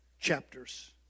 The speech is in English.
chapters